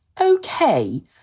okay